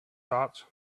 thoughts